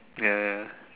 ya ya